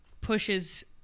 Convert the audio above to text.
pushes